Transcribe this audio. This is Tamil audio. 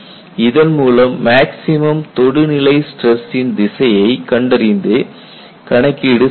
இதன் மூலம் மேக்ஸிமம் தொடுநிலை ஸ்டிரஸ்சின் திசையைக் கண்டறிந்து கணக்கீடு செய்யலாம்